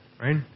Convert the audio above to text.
right